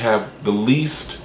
have the least